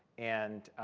and